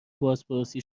بازپرسی